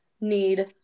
need